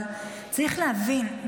אבל צריך להבין,